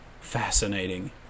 fascinating